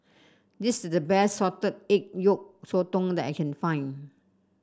this is the best Salted Egg Yolk Sotong that I can find